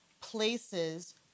places